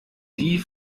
die